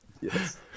yes